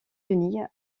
unies